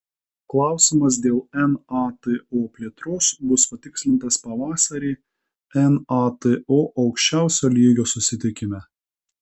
klausimas dėl nato plėtros bus patikslintas pavasarį nato aukščiausio lygios susitikime